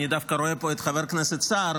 אני דווקא רואה פה את חבר הכנסת סער,